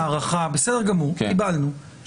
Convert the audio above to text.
בסדר גמור, קיבלנו.